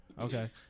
Okay